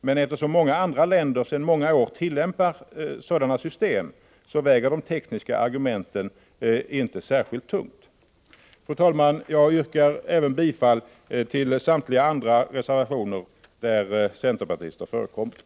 Men eftersom många andra länder sedan många år tillämpar sådana system, väger de tekniska argumenten inte särskilt tungt. Fru talman! Jag yrkar även bifall till samtliga andra reservationer som är undertecknade av centerpartister.